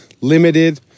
limited